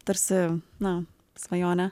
tarsi na svajonė